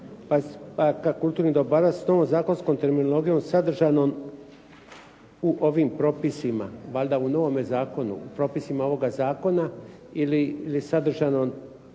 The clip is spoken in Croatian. ne razumije./ … s tom zakonskom terminologijom sadržanom u ovim propisima. Valjda u novome zakonu u propisima ovoga zakona ili sadržano